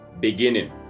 beginning